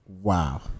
Wow